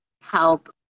help